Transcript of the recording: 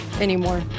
anymore